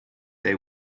they